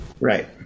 Right